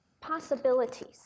possibilities